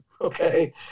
okay